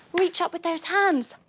reach up with those hands